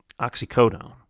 oxycodone